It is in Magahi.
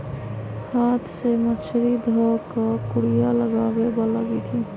हाथ से मछरी ध कऽ कुरिया लगाबे बला विधि